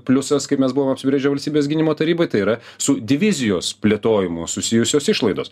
pliusas kaip mes buvom apsibrėžę valstybės gynimo taryboj tai yra su divizijos plėtojimu susijusios išlaidos